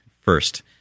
first